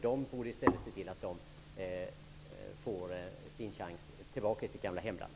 De borde få en chans att komma tillbaka till sitt gamla hemland.